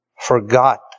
Forgot